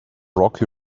rocky